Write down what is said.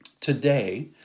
Today